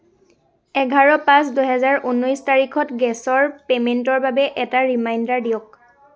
এঘাৰ পাঁচ দুহেজাৰ উনৈছ তাৰিখত গেছৰ পে'মেণ্টৰ বাবে এটা ৰিমাইণ্ডাৰ দিয়ক